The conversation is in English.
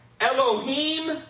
Elohim